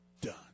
done